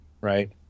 right